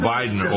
Biden